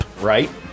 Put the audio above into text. Right